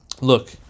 Look